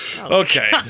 Okay